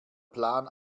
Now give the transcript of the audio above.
plan